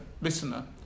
listener